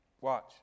Watch